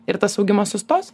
ir tas augimas sustos